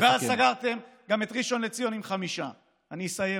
ואז סגרתם גם את ראשון לציון עם 5%. נא לסכם.